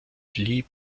lee